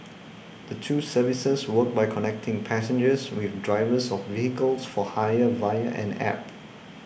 the two services work by connecting passengers with drivers of vehicles for hire via an App